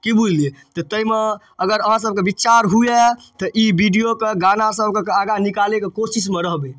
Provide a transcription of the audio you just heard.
कि बुझलिए तऽ ताहिमे अगर अहाँसबके विचार हुअए तऽ वीडिओके गानासबके आगाँ निकालैके कोशिशमे रहबै